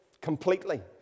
completely